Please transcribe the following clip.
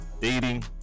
dating